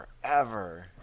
forever